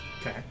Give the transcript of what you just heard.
Okay